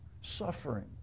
suffering